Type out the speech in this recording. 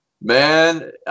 man